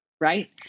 right